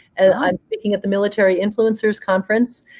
and i'm speaking at the military influencers conference.